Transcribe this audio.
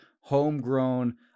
homegrown